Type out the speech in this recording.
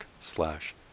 slash